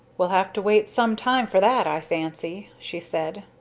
we'll have to wait some time for that i fancy, she said.